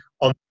on